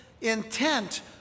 intent